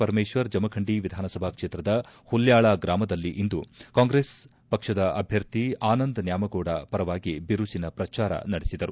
ಪರಮೇಶ್ವರ್ ಜಮಖಂಡಿ ವಿಧಾನಸಭಾ ಕ್ಷೇತ್ರದ ಹುಲ್ಹಾಳ ಗ್ರಾಮದಲ್ಲಿಂದು ಕಾಂಗ್ರೆಸ್ ಪಕ್ಷದ ಅಭ್ಯರ್ಥಿ ಆನಂದ್ ನ್ಕಾಮಗೌಡ ಪರವಾಗಿ ಬಿರುಸಿನ ಪ್ರಜಾರ ನಡೆಸಿದರು